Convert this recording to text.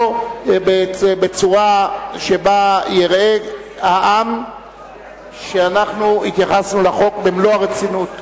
בצורה שבה יראה העם שאנחנו התייחסנו לחוק במלוא הרצינות.